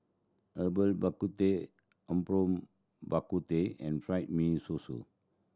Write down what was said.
Herbal Bak Ku Teh apom Bak Ku Teh and fried mee